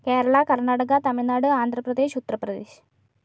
Kerala Karnataka Tamil Nadu Andhra Pradesh utter Pradesh